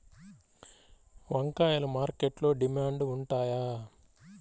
వంకాయలు మార్కెట్లో డిమాండ్ ఉంటాయా?